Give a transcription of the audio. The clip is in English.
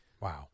Wow